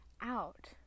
out